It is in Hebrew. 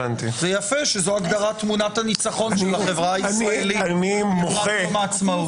יפה שזוהי הגדרת תמונת הניצחון של החברה הישראלית לכבוד יום העצמאות.